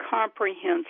comprehensive